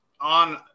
on